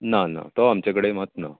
ना ना तो आमचे कडेन मात ना